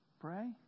pray